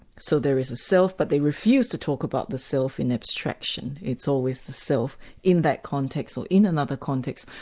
so there is a self, but they refuse to talk about the self in abstraction, it's always the self in that context, or in another context,